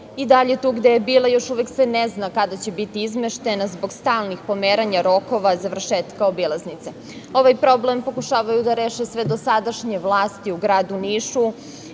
i dalje tu gde je bila i još uvek se ne zna kada će biti izmeštena, zbog stalnih pomeranja rokova završetka obilaznica. Ovaj problem pokušavaju da reše sve dosadašnje vlasti u gradu Nišu,